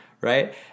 right